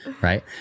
right